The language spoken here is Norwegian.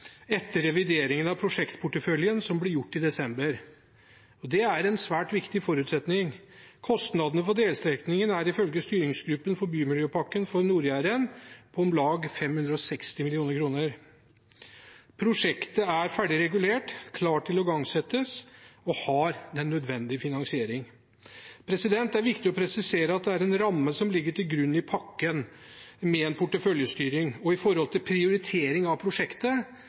etter revideringen av prosjektporteføljen som ble gjort i desember. Det er en svært viktig forutsetning. Kostnadene for delstrekningen er ifølge styringsgruppen for bymiljøpakken for Nord-Jæren på om lag 560 mill. kr. Prosjektet er ferdig regulert, klart til å igangsettes og har den nødvendige finansiering. Det er viktig å presisere at det er en ramme som ligger til grunn i pakken, med en porteføljestyring og når det gjelder prioritering av prosjektet.